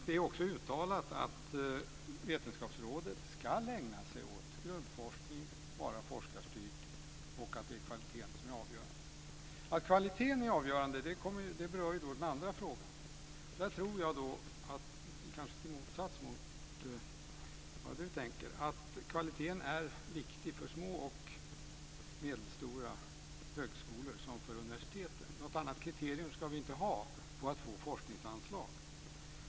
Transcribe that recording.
Det är också uttalat att vetenskapsrådet ska ägna sig åt grundforskning och vara forskarstyrt, och att det är kvaliteten som är avgörande. Detta att kvaliteten är avgörande berör den andra frågan. I motsats till vad Yvonne Andersson tänker så tror jag att kvaliteten är lika viktig för små och medelstora högskolor som för universiteten. Något annat kriterium ska vi inte ha för att få forskningsanslag.